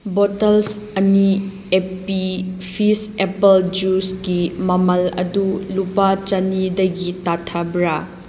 bottles ꯑꯅꯤ Appy Fizz apple ꯖ꯭ꯌꯨꯁꯒꯤ ꯃꯃꯜ ꯑꯗꯨ ꯂꯨꯄꯥ ꯆꯅꯤꯗꯒꯤ ꯇꯥꯊꯕ꯭ꯔꯥ